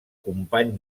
company